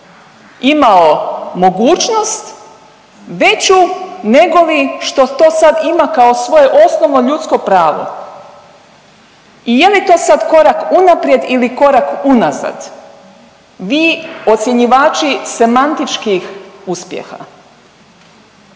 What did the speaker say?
imao mogućnost veću negoli što to sad ima kao svoje osnovno ljudsko pravo. I je li to sad korak unaprijed ili korak unazad vi ocjenjivači semantičkih uspjeha?